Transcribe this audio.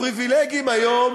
הפריבילגים היום